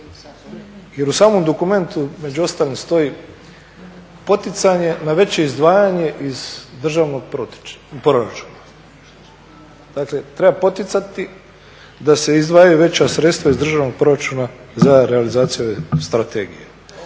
jer u samom dokumentu među ostalom stoji poticanje na veće izdvajanje iz državnog proračuna. Dakle treba poticati da se izdvajaju veća sredstva iz državnog proračuna za realizaciju ove strategije.